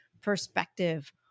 perspective